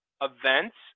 events